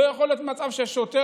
לא יכול להיות מצב ששוטר,